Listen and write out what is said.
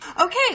Okay